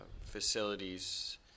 facilities